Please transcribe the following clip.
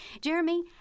Jeremy